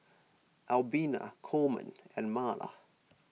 Albina Coleman and Marla